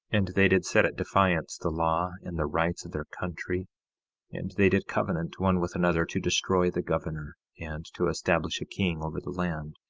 and they did set at defiance the law and the rights of their country and they did covenant one with another to destroy the governor, and to establish a king over the land,